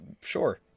sure